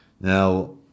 Now